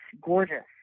gorgeous